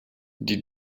die